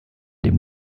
des